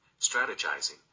strategizing